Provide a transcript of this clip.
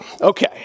Okay